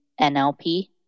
NLP